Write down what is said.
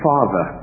Father